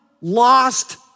lost